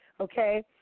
okay